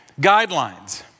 guidelines